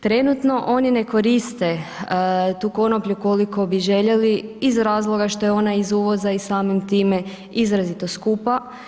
Trenutno oni ne koriste tu konoplju koliko bi željeli, iz razloga što je ona iz uvoza i samim time izrazito skupa.